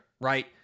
right